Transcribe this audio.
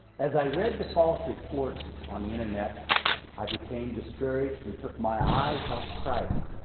as i read the false reports on the internet i became discouraged and took my eyes off christ.